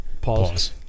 Pause